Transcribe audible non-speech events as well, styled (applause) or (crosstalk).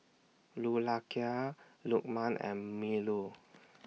(unintelligible) Lukman and Melur